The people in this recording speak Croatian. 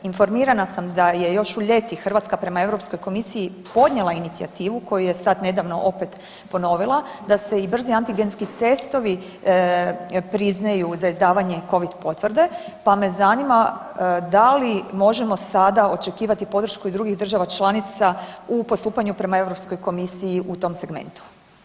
Informirana sam da je još u ljeti Hrvatska prema EU komisiji podnijela inicijativu koju je sad opet ponovila, da se i brzi antigenski testovi priznaju za izdavanje Covid potvrde, pa me zanima, da li možemo sada očekivati podršku i drugih država članica u postupanju prema EU komisiji u tom segmentu.